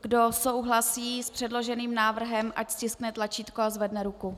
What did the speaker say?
Kdo souhlasí s předloženým návrhem, ať stiskne tlačítko a zvedne ruku.